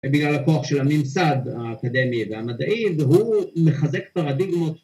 ‫בגלל הכוח של הממסד האקדמי והמדעי, ‫והוא מחזק פרדיגמות.